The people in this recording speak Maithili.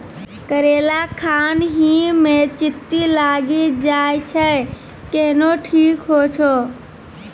करेला खान ही मे चित्ती लागी जाए छै केहनो ठीक हो छ?